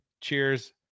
cheers